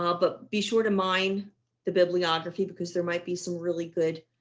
ah but be sure to mind the bibliography because there might be some really good